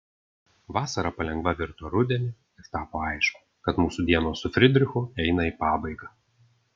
vasara palengva virto rudeniu ir tapo aišku kad mūsų dienos su fridrichu eina į pabaigą